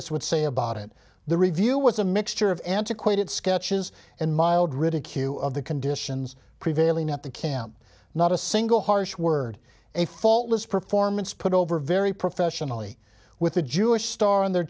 this would say about it the review was a mixture of antiquated sketches and mild ridicule of the conditions prevailing at the camp not a single harsh word a faultless performance put over very professionally with a jewish star on their